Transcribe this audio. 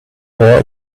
there